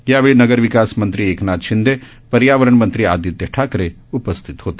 यावेळी नगरविकास मंत्री एकनाथ शिंदे पर्यावरणमंत्री आदित्य ठाकरे उपस्थित होते